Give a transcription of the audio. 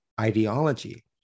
ideology